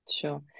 sure